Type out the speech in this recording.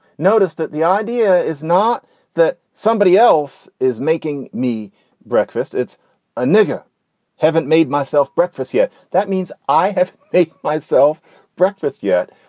notice that the idea idea is not that somebody else is making me breakfast. it's a nigga haven't made myself breakfast yet. that means i have made myself breakfast yet.